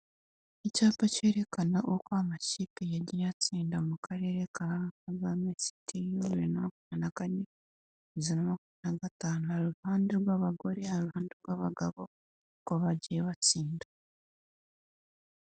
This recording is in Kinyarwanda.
Icyapa cyerekana uko amakipe yagiye atsinda mu Karere ka rwa Mitsi kane bizanwa na gatanu hari uruhande rw'abagore hari uruhande rw'abagabo ngo bagiye batsinda.